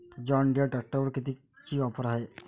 John Deere ट्रॅक्टरवर कितीची offer हाये?